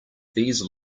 these